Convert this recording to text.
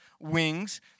wings